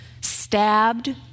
stabbed